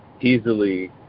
easily